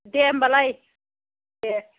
दे होमबालाय दे